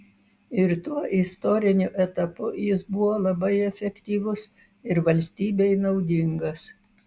ir tuo istoriniu etapu jis buvo labai efektyvus ir valstybei naudingas